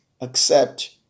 accept